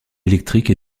électriques